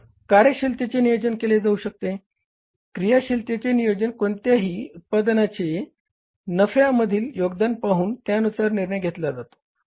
तर क्रियाशीलतेचे नियोजन केले जाऊ शकते क्रियाशीलतेचे नियोजन कोणत्याही उत्पादनाचे नफ्या मधील योगदान पाहून त्यानुसार निर्णय घेतला जातो